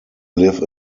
live